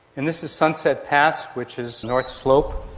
and this is sunset pass which is north slope.